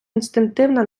інстинктивна